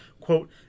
quote